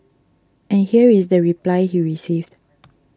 and here is the reply he received